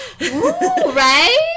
Right